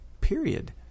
period